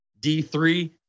D3